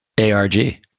ARG